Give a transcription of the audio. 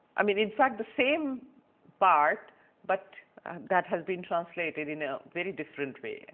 i mean in fact the same part but that has been translated in a very different way,